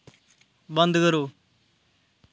बंद करो